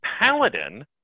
paladin